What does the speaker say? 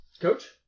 Coach